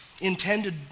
intended